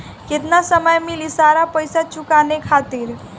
केतना समय मिली सारा पेईसा चुकाने खातिर?